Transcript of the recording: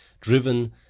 driven